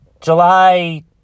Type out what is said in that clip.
July